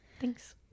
Thanks